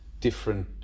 different